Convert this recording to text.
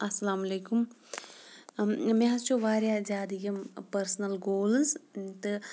السَلامُ علیکُم مےٚ حظ چھُ واریاہ زیادٕ یِم پٔرسٕنَل گولٕز تہٕ